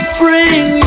bring